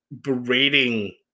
berating